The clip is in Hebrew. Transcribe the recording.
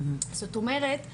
זאת אומרת,